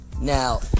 Now